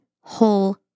whole